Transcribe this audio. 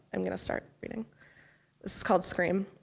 i'm gonna start reading. this is called scream.